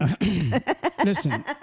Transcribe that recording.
Listen